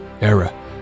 era